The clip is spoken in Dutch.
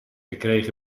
gekregen